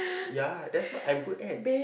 ya that's what I'm good at